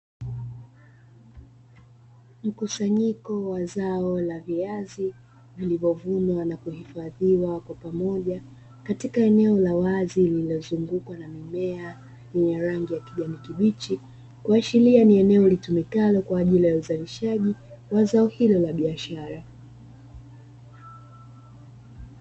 Mkusanyiko wa zao la viazi vilivyovunwa na kuhifadhiwa kwa pamoja, katika eneo la wazi lililozungukwa na mimea yenye rangi ya kijani kibichi, kuashiria ni eneo litumikalo kwa ajili ya uzalishaji wa zao hilo la biashara.